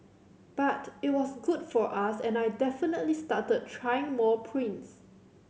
but it was good for us and I definitely started trying more prints